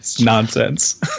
nonsense